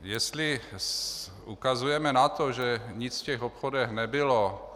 Jestli ukazujeme na to, že nic v těch obchodech nebylo.